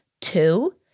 Two